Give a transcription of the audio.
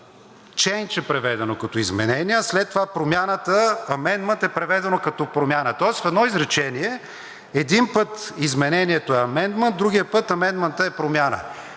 на български език като изменение, а след това промяната – amendment, е преведено като промяна. Тоест в едно изречение един път изменението е amendment, другият път amendment е промяна.